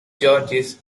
georges